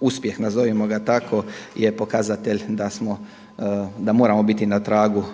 uspjeh, nazovimo ga tako, je pokazatelj da moramo biti na tragu